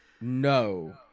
No